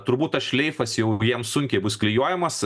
turbūt tas šleifas jau vien sunkiai bus klijuojamas